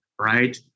right